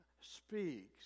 speaks